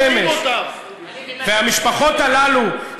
חבר הכנסת אראל מרגלית.